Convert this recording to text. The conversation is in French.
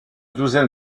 douzaine